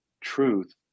truth